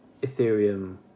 Ethereum